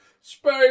space